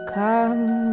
come